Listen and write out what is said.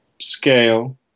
scale